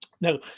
Now